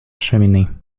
cheminée